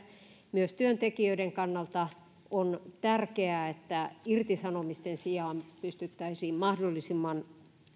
myös työntekijöiden kannalta on tärkeää että irtisanomisten sijaan pystyttäisiin mahdollisimman